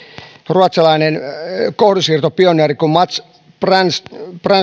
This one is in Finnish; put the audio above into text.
ruotsalainen kohdunsiirtopioneeri kuin mats brännström